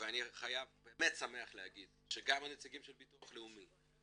ואני באמת שמח להגיד שגם הנציגים של ביטוח לאומי